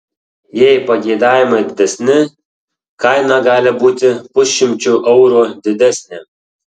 jei pageidavimai didesni kaina gali būti pusšimčiu eurų didesnė